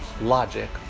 logic